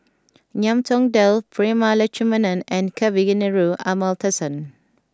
Ngiam Tong Dow Prema Letchumanan and Kavignareru Amallathasan